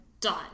done